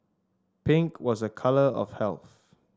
pink was a colour of health